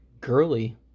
girly